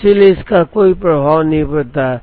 इसलिए इसका कोई प्रभाव नहीं पड़ता है